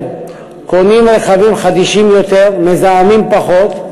קונים רכבים חדישים יותר ומזהמים פחות.